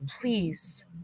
Please